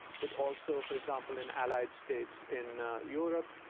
but also, for example, in allied states in europe.